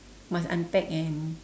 must unpack and